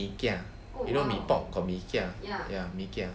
mee kia you know mee pok got mee kia ya mee kia